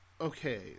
Okay